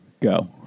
Go